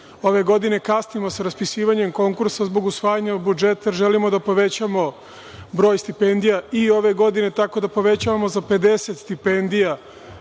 Ove godine kasnimo sa raspisivanjem konkursa zbog usvajanja budžeta, jer želimo da povećamo broj stipendija i ove godine, tako da povećavamo za 50 stipendija